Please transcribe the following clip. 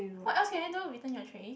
what else can you do return your trays